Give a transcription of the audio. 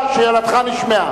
לנדאו,